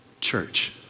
church